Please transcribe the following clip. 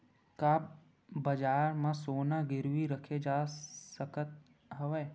का बजार म सोना गिरवी रखे जा सकत हवय?